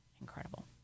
incredible